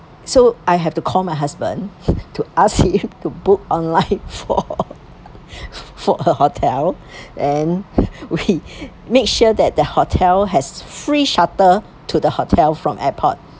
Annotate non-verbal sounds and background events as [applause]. so I have to call my husband [breath] to ask him [laughs] to book online [laughs] for [laughs] for a hotel [breath] then [laughs] we made sure that the hotel has free shuttle to the hotel from airport